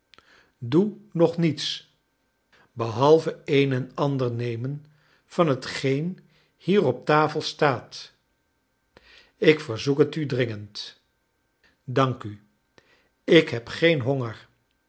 doe nog niets behalve een en ander nemen van hetgeen hier op tafel staat ik verzoek het u dringend dank u ik heb geen honger